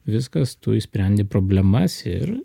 viskas tu išsprendi problemas ir